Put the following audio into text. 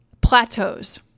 plateaus